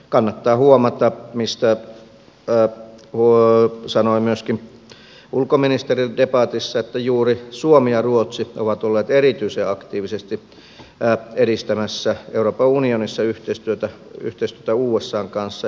kannattaa huomata mistä sanoi myöskin ulkoministeri debatissa että juuri suomi ja ruotsi ovat olleet erityisen aktiivisesti edistämässä euroopan unionissa yhteistyötä usan kanssa